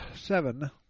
seven